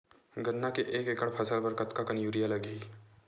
गन्ना के एक एकड़ फसल बर कतका कन यूरिया लगही?